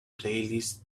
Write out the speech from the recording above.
playlist